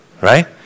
Right